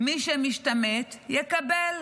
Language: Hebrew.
מי שמשתמט, יקבל,